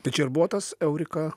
tai čia ir buvo tas eurika